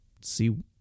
see